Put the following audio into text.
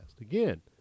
Again